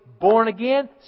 born-again